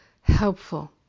helpful